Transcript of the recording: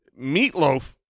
Meatloaf